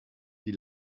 die